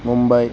Mumbai